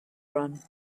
run